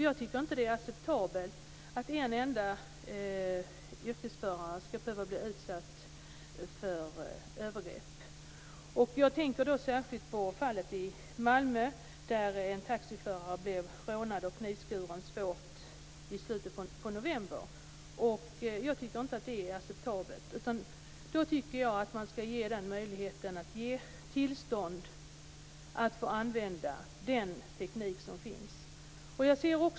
Jag tycker inte att det är acceptabelt att någon enda yrkesförare skall behöva bli utsatt för övergrepp. Jag tänker då särskilt på fallet i Malmö i slutet av november när en taxiförare blev rånad och svårt knivskuren. Jag tycker inte att det är acceptabelt. Därför tycker jag att man skall ge möjligheten att utfärda tillstånd att använda den teknik som finns.